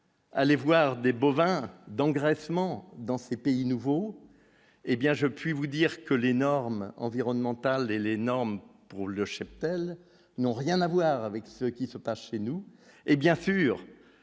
Allez voir des bovins d'engraissement dans ces pays, nouveau, et bien je puis vous dire que les normes environnementales et l'énorme pour le cheptel n'ont rien à voir avec ce qui se passe chez nous, hé bien sûr,